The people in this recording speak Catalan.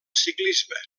ciclisme